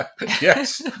Yes